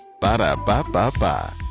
Ba-da-ba-ba-ba